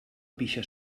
pixa